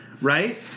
Right